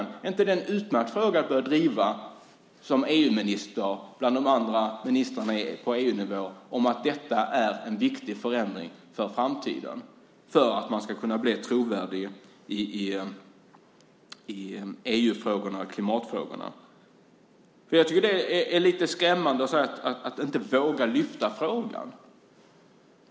Är det inte en utmärkt fråga att driva som EU-minister bland de andra ministrarna på EU-nivå att detta är en viktig förändring för framtiden och för att man i EU ska kunna bli trovärdig i klimatfrågorna? Det är lite skrämmande att man inte vågar lyfta frågan.